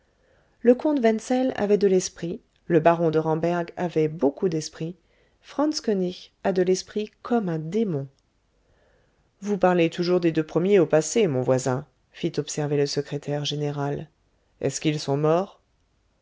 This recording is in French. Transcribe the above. le comte wenzel avait de l'esprit le baron de ramberg avait beaucoup d'esprit franz koënig a de l'esprit comme un démon vous parlez toujours des deux premiers au passé mon voisin fit observer le secrétaire général est-ce qu'ils sont morts